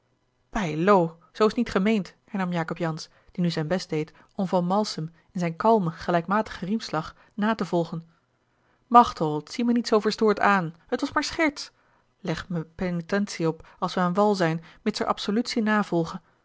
zoo is t niet gemeend hernam jacob jansz die nu zijn best deed om van malsem in zijn kalmen gelijkmatigen riemslag na te volgen machteld zie mij niet zoo verstoord aan het was maar scherts leg me penitentie op als we aan wal zijn mits er absolutie na